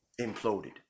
imploded